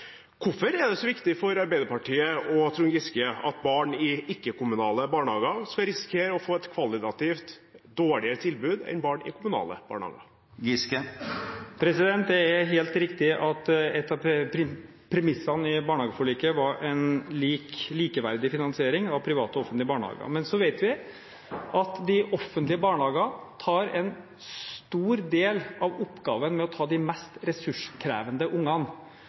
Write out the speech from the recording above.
Hvorfor er det så viktig for Arbeiderpartiet og Trond Giske at barn i ikke-kommunale barnehager skal risikere å få et kvalitativt dårligere tilbud enn barn i kommunale barnehager? Det er helt riktig at et av premissene i barnehageforliket var en likeverdig finansiering av private og offentlige barnehager. Men så vet vi at de offentlige barnehagene tar en stor del av oppgaven med å ta de mest ressurskrevende ungene,